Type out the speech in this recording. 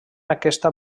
aquesta